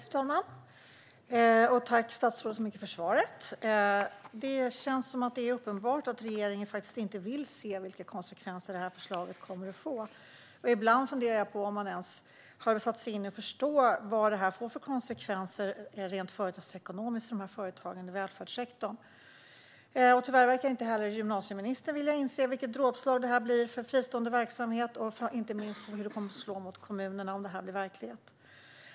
Fru talman! Tack, statsrådet, så mycket för svaret! Det känns som att det är uppenbart att regeringen faktiskt inte vill se vilka konsekvenser som det här förslaget kommer att få. Ibland funderar jag på om man ens har satt sig in i det för att förstå vad det får för konsekvenser rent företagsekonomiskt för företag i välfärdssektorn. Tyvärr verkar inte heller gymnasieministern vilja inse vilket dråpslag detta blir för fristående verksamhet och inte minst hur det kommer att slå mot kommunerna, om förslaget blir verklighet.